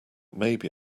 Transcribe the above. maybe